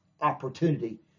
opportunity